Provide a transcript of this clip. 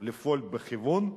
לפעול בכיוון,